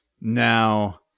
Now